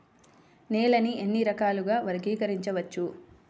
నేలని ఎన్ని రకాలుగా వర్గీకరించవచ్చు?